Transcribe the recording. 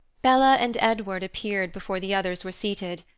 bella and edward appeared before the others were seated,